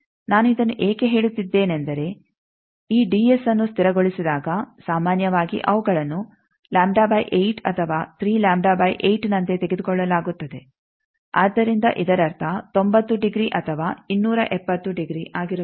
ನಾನು ಇದನ್ನು ಏಕೆ ಹೇಳುತ್ತಿದ್ದೇನೆಂದರೆ ಈ ಡಿಎಸ್ ಅನ್ನು ಸ್ಥಿರಗೊಳಿಸಿದಾಗ ಸಾಮಾನ್ಯವಾಗಿ ಅವುಗಳನ್ನು ಅಥವಾ ನಂತೆ ತೆಗೆದುಕೊಳ್ಳಲಾಗುತ್ತದೆ ಆದ್ದರಿಂದ ಇದರರ್ಥ 90 ಡಿಗ್ರಿ ಅಥವಾ 270 ಡಿಗ್ರಿ ಆಗಿರುತ್ತದೆ